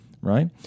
right